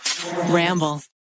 Ramble